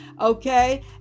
Okay